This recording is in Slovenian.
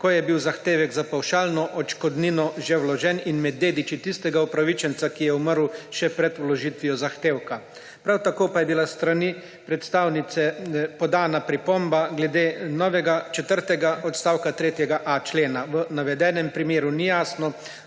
ko je bil zahtevek za pavšalno odškodnino že vložen, in med dediči tistega upravičenca, ki je umrl še pred vložitvijo zahtevka. Prav tako pa je bila s strani predstavnice podana pripomba glede novega četrtega odstavka 3.a člena. V navedenem primeru ni jasno,